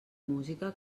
música